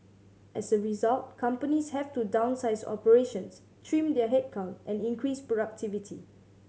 as a result companies have to downsize operations trim their headcount and increase productivity